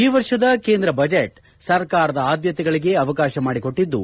ಈ ವರ್ಷದ ಕೇಂದ್ರ ಬಜೆಟ್ ಸರ್ಕಾರದ ಆದ್ಯತೆಗಳಿಗೆ ಅವಕಾಶ ಮಾಡಿಕೊಟ್ಟದ್ದು